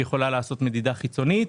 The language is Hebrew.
אלא לעשות מדידה חיצונית,